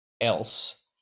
else